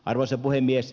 arvoisa puhemies